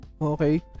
Okay